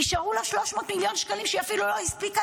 נשארו לה 300 מיליון שקלים שהיא אפילו לא הספיקה